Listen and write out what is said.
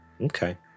okay